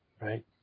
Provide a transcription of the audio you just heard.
Right